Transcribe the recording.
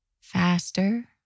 faster